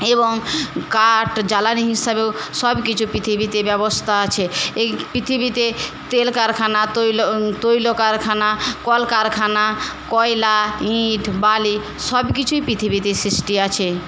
এবং কাঠ জ্বালানি হিসাবেও সব কিছু পৃথিবীতে ব্যবস্থা আছে এই পৃথিবীতে তেল কারখানা তৈল তৈল কারখানা কল কারখানা কয়লা ইট বালি সব কিছুই পৃথিবীতে সৃষ্টি আছে